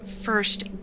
first